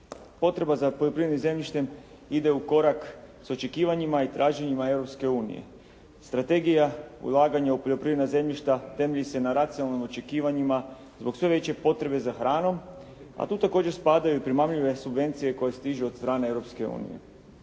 Potreba za poljoprivrednim zemljištem ide u korak s očekivanjima i traženjima Europske unije. Strategija ulaganja u poljoprivredna zemljišta temelji se na racionalnim očekivanjima zbog sve veće potrebe za hranom, a tu također spadaju i primamljive subvencije koje stižu od strane